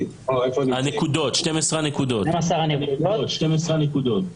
12 הנקודות.